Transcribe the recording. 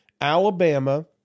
Alabama